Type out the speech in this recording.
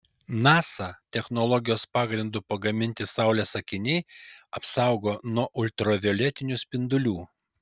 nasa technologijos pagrindu pagaminti saulės akiniai apsaugo nuo ultravioletinių spindulių